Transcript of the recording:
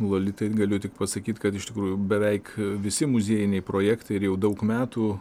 lolitai galiu tik pasakyt kad iš tikrųjų beveik visi muziejiniai projektai ir jau daug metų